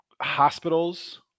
hospitals